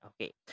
Okay